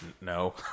no